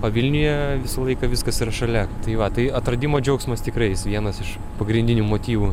o vilniuje visą laiką viskas yra šalia tai va tai atradimo džiaugsmas tikrai jis vienas iš pagrindinių motyvų